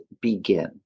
begin